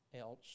else